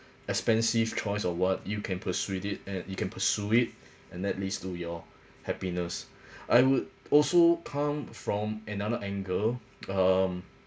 expensive choice of what you can pursuit it uh you can pursue it and that leads to your happiness I would also come from another angle um